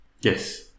Yes